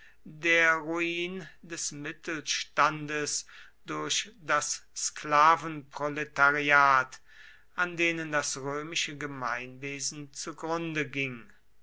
der ruin des mittelstandes durch das sklavenproletariat an denen das römische gemeinwesen zugrunde ging